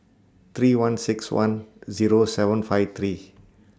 three one six one Zero seven five three